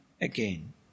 again